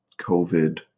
COVID